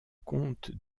comtes